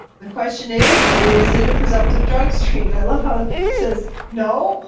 the question is, is it a presumptive drug screen? i love how it says no.